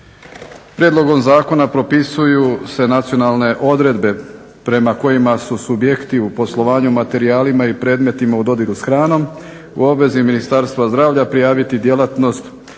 Prijedlogom zakona propisuju se nacionalne odredbe prema kojima su subjekti u poslovanju materijalima i predmetima u dodiru s hranom u obvezi Ministarstva zdravlja prijaviti djelatnost